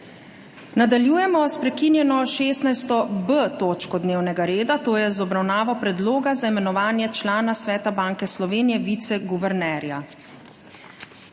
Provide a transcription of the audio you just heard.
Nadaljujemo s prekinjeno 16.b točko dnevnega reda, to je z obravnavo Predloga za imenovanje člana Sveta Banke Slovenije - viceguvernerja.